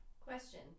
Question